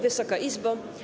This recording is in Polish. Wysoka Izbo!